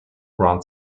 one